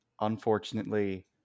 unfortunately